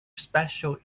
special